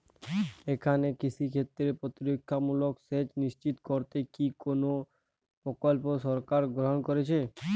এখানে কৃষিক্ষেত্রে প্রতিরক্ষামূলক সেচ নিশ্চিত করতে কি কোনো প্রকল্প সরকার গ্রহন করেছে?